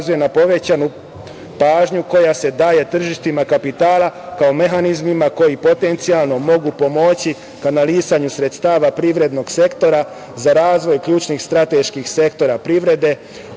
na povećanu pažnju koja se daje tržištima kapitala kao mehanizmima koji potencijalno mogu pomoći kanalisanju sredstava privrednog sektora za razvoj ključnih strateških sektora privrede